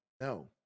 no